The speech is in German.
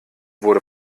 wurde